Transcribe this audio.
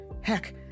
Heck